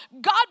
God